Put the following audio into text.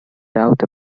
doubt